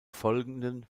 folgenden